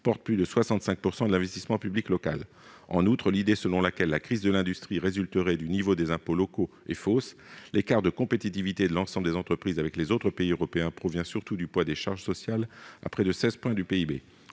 plus de 65 % de l'investissement public local. En outre, l'idée selon laquelle la crise de l'industrie résulterait du niveau des impôts locaux est fausse : l'écart de compétitivité de l'ensemble des entreprises avec les autres pays européens provient surtout du poids des charges sociales, à près de 16 points de PIB.